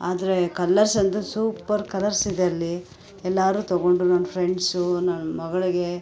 ಆದರೆ ಕಲರ್ಸಂತೂ ಸೂಪರ್ ಕಲರ್ಸಿದೆ ಅಲ್ಲಿ ಎಲ್ಲರೂ ತೊಗೊಂಡರು ನನ್ನ ಫ್ರೆಂಡ್ಸು ನನ್ನ ಮಗಳಿಗೆ